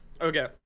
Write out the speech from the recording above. Okay